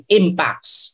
impacts